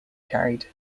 carried